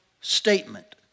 statement